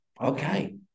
Okay